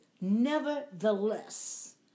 nevertheless